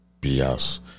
BS